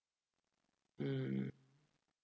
mm